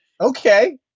okay